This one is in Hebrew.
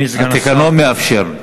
התקנון מאפשר.